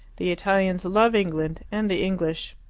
the italians love england and the english.